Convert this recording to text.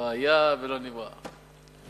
לא היה ולא נברא.